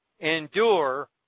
endure